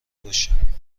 باشیم